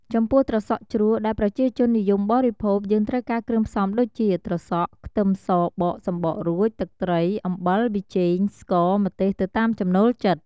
ចំពោះត្រសក់ជ្រក់ដែលប្រជាជននិយមបរិភោគ យេីងត្រូវការគ្រឿងផ្សំដូចជា ត្រសក់ ខ្ទឹមសបកសំបករួច ទឹកត្រី អំបិល ប៊ីចេង ស្ករ ម្ទេសទៅតាមចំណូលចិត្ត។